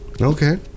Okay